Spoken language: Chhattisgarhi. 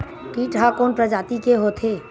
कीट ह कोन प्रजाति के होथे?